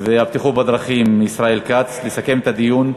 והבטיחות בדרכים ישראל כץ יסכם את הדיון.